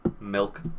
milk